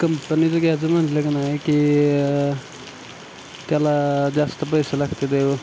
कंपनीचं घ्यायचं म्हटलं का नाही की त्याला जास्त पैसे लागते देऊ